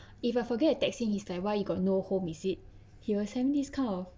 if I forget to text him he's like why you got no home is it he will sent this kind of